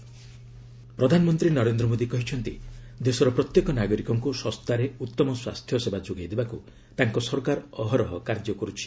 PM Janaushadhi ପ୍ରଧାନମନ୍ତ୍ରୀ ନରେନ୍ଦ୍ର ମୋଦି କହିଛନ୍ତି ଦେଶର ପ୍ରତ୍ୟେକ ନାଗରିକଙ୍କୁ ଶସ୍ତାରେ ଉତ୍ତମ ସ୍ୱାସ୍ଥ୍ୟସେବା ଯୋଗାଇ ଦେବାକୃ ତାଙ୍କ ସରକାର ଅହରହ କାର୍ଯ୍ୟ କର୍ଥଛି